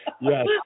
Yes